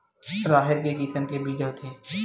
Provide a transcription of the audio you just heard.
राहेर के किसम के बीज होथे?